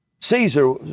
Caesar